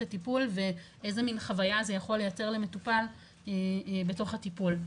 הטיפול ואיזו מן חוויה זה יכול לייצר למטופל בתוך הטיפול,